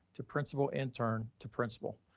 to principal intern to principal.